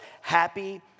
Happy